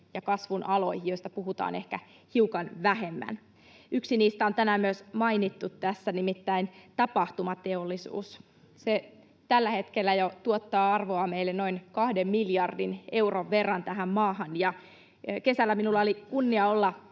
ja kasvun aloihin, joista puhutaan ehkä hiukan vähemmän. Yksi niistä on tänään myös mainittu tässä, nimittäin tapahtumateollisuus. Se tällä hetkellä jo tuottaa arvoa noin kahden miljardin euron verran meille tähän maahan. Kesällä minulla oli kunnia olla